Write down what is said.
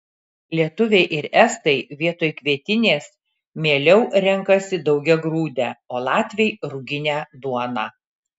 lietuviai ir estai vietoj kvietinės mieliau renkasi daugiagrūdę o latviai ruginę duoną